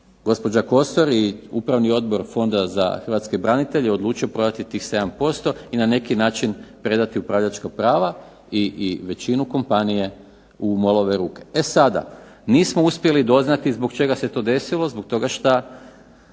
gospođa Kosor i Upravni odbor Fonda za hrvatske branitelje je odlučio prodati tih 7% i na neki način predati upravljačka prava i većinu kompanije u MOL-ove ruke. E sada nismo uspjeli doznati zbog čega se to desilo, zbog toga što